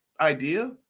idea